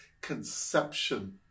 conception